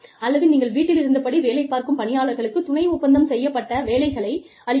அல்லது நீங்கள் வீட்டிலிருந்தபடி வேலைப் பார்க்கும் பணியாளர்களுக்குத் துணை ஒப்பந்தம் செய்யப்பட்ட வேலைகளை அளிக்கலாம்